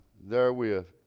therewith